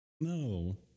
No